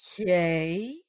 Okay